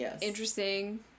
interesting